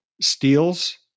steals